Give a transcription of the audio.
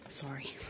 Sorry